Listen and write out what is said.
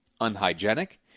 unhygienic